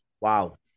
Wow